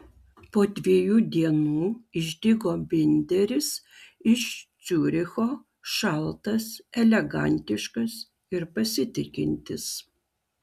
po dviejų dienų išdygo binderis iš ciuricho šaltas elegantiškas ir pasitikintis